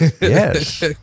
Yes